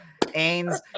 Ains